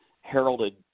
heralded